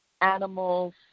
animals